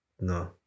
No